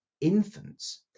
infants